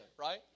right